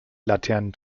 laternen